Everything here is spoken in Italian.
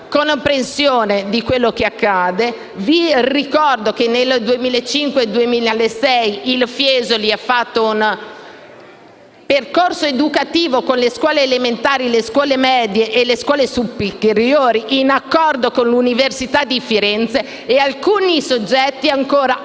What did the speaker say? comprendere quello che accade. Vi ricordo che nel 2005-2006 il Fiesoli ha fatto un percorso educativo con le scuole elementari, medie e superiori in accordo con l'Università di Firenze e alcuni soggetti coinvolti